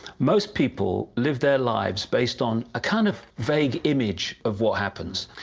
most people live their lives based on a kind of vague image of what happens.